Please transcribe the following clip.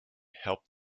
helped